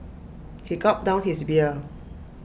he gulped down his beer